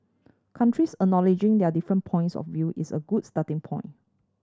countries acknowledging their different points of view is a good starting point